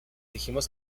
dijimos